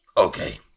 Okay